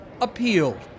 appealed